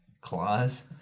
Claws